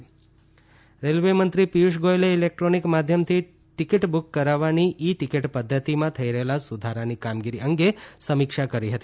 railway e ticket railway મંત્રી પિયૂષ ગોયલે electronic માધ્યમથી ટિકિટ બુક કરાવવાની ઇ ટિકિટ પદ્ધતિમાં થઇ રહેલા સુધારાની કામગીરી અંગે સમીક્ષા કરી હતી